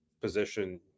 position